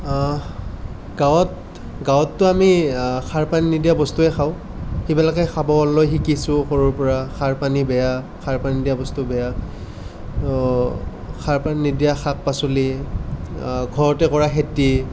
গাঁৱত গাঁৱতটো আমি সাৰ পানী নিদিয়া বস্তুৱে খাওঁ সেইবিলাকে খাবলৈ শিকিছোঁ সৰুৰ পৰা সাৰ পানী বেয়া সাৰ পানী দিয়া বস্তু বেয়া সাৰ পানী নিদিয়া শাক পাচলি ঘৰতে কৰা খেতি